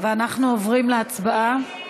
אנחנו עוברים להצבעה.